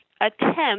attempt